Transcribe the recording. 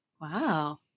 Wow